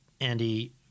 Andy